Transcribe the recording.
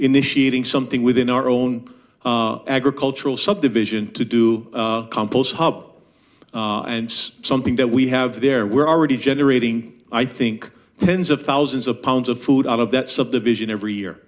initiating something within our own agricultural subdivision to do compost and spun thing that we have there were already generating i think tens of thousands of pounds of food out of that subdivision every year